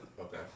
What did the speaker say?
Okay